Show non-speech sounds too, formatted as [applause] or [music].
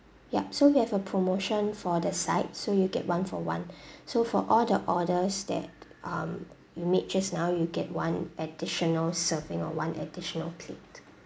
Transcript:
yup so we have a promotion for the side so you get one for one [breath] so for all the orders that um you made just now you get one additional serving or one additional plate